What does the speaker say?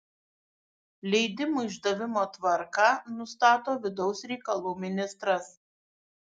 leidimų išdavimo tvarką nustato vidaus reikalų ministras